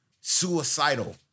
suicidal